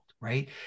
Right